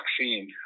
vaccine